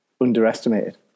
underestimated